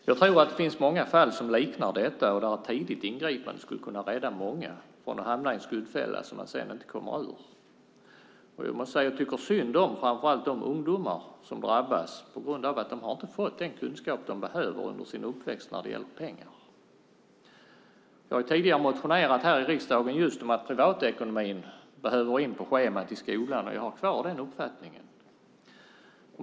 Jag tror att det finns många fall som liknar detta och där ett tidigt ingripande skulle kunna rädda många från att hamna i en skuldfälla som de sedan inte kommer ur. Jag tycker synd om framför allt de ungdomar som drabbas på grund av att de under sin uppväxt inte har fått den kunskap de behöver när det gäller pengar. Jag har tidigare motionerat här i riksdagen just om att privatekonomin behöver föras in på schemat i skolan, och jag har kvar den uppfattningen.